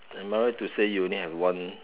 am I right to say you only have one